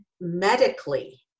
medically